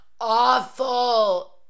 awful